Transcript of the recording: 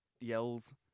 yells